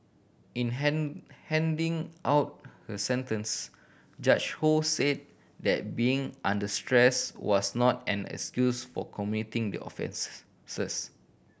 in hand handing out her sentence Judge Ho said that being under stress was not an excuse for committing the offence